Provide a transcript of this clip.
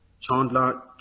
chandler